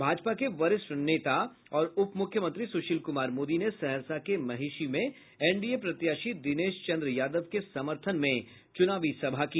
भाजपा के वरिष्ठ नेता और उपमुख्यमंत्री सुशील कुमार मोदी ने सहरसा के महिषी में एनडीए प्रत्याशी दिनेश चंद्र यादव के समर्थन में चुनावी सभा की